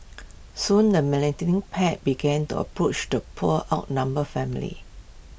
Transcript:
soon the pack began to approach the poor outnumbered family